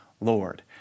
Lord